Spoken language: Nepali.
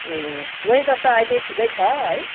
ए वेदर त अहिले ठिकै छ है